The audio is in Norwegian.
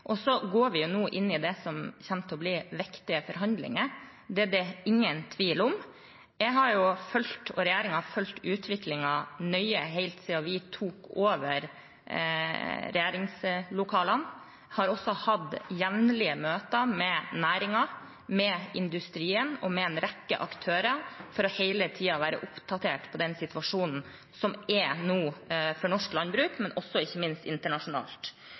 Vi går nå inn i det som kommer til å bli viktige forhandlinger – det er det ingen tvil om. Jeg og regjeringen har fulgt utviklingen nøye helt siden vi tok over regjeringslokalene. Jeg har også hatt jevnlige møter med næringen, industrien og en rekke aktører for hele tiden å være oppdatert på den situasjonen som nå er i norsk landbruk, men ikke minst også internasjonalt.